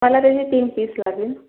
मला त्याचे तीन पीस लागेल